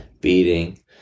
beating